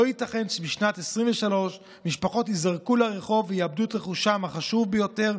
לא ייתכן שבשנת 2023 משפחות ייזרקו לרחוב ויאבדו את רכושן החשוב ביותר,